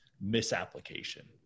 misapplication